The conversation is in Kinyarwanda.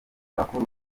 abakora